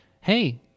hey